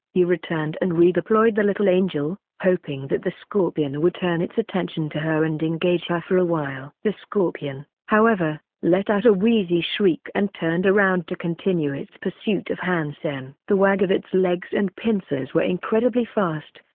he returned and redeployed the little angel, hoping that the scorpion would turn its attention to her and engage her for a while. the scorpion, however, let out a wheezy shriek and turned around to continue its pursuit of han sen. the wag of its legs and pincers were incredibly fast,